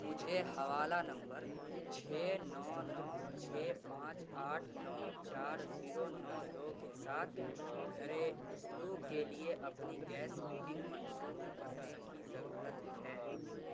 مجھے حوالہ نمبر چھ نو نو چھ پانچ آٹھ نو چار زیرو نو دو کے ساتھ گھریلو کے لیے اپنی گیس بکنگ منسوخ کرنے کی ضرورت ہے